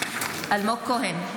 נוכח אלמוג כהן,